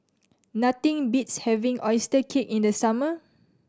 nothing beats having oyster cake in the summer